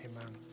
amen